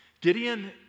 Gideon